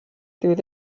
through